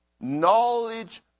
knowledge